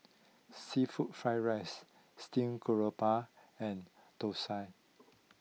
Seafood Fried Rice Steamed Garoupa and Dosa